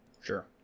Sure